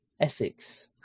Essex